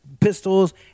pistols